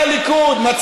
נהיית הדובר של אבו מאזן?